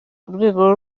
rwego